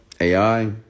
AI